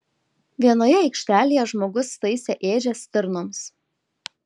vienoje aikštelėje žmogus taisė ėdžias stirnoms